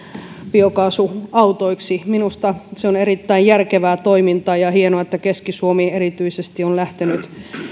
biokaasuautoiksi minusta se on erittäin järkevää toimintaa ja on hienoa että erityisesti keski suomi on lähtenyt